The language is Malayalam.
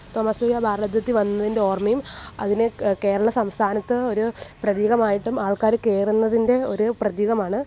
തോമാശ്ലീഹ ഭാരതത്തിൽ വന്നതിൻ്റ ഓർമ്മയും അതിന് കേരള സംസ്ഥാനത്ത് ഒരു പ്രതീകമായിട്ടും ആൾക്കാർ കയറുന്നത്തിൻ്റെ ഒരു പ്രതീകമാണ്